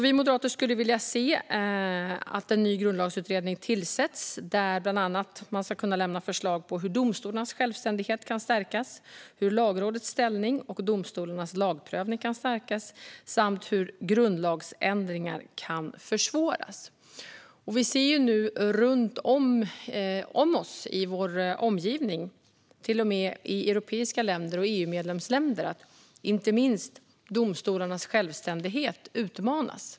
Vi moderater skulle alltså vilja se att en ny grundlagsutredning tillsätts, där man bland annat ska kunna lämna förslag till hur domstolarnas självständighet kan stärkas, hur Lagrådets ställning och domstolarnas lagprövning kan stärkas samt hur grundlagsändringar kan försvåras. Vi ser nu runt om oss i vår omgivning, till och med i europeiska länder och EU-medlemsländer, att inte minst domstolarnas självständighet utmanas.